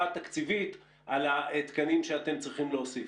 תקציבית על התקנים שאם צריכים להוסיף?